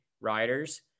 riders